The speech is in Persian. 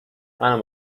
منم